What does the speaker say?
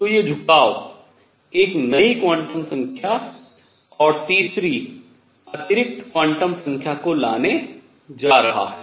तो ये झुकाव एक नई क्वांटम संख्या और तीसरी अतिरिक्त क्वांटम संख्या को लाने जा रहा है